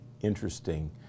interesting